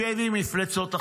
בשבי מפלצות החמאס.